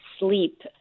sleep